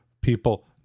people